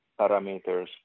parameters